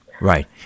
Right